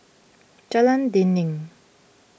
Jalan Dinding